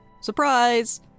Surprise